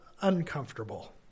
uncomfortable